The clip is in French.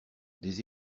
des